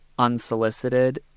Unsolicited